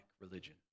religion